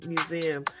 Museum